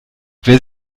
wer